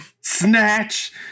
snatch